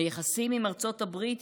היחסים עם ארצות הברית,